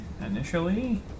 initially